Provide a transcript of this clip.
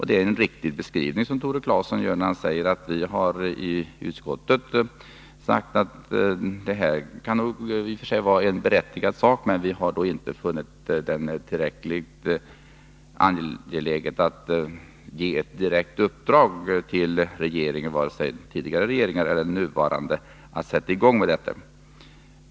Det är en riktig beskrivning som Tore Claeson gör, när han säger att utskottet har funnit att det i och för sig är berättigat att ta till vara den kraftresursen, men vi har inte funnit det tillräckligt angeläget att ge regeringen ett direkt uppdrag, vare sig tidigare regeringar eller de nuvarande, att sätta i gång arbetet med detta.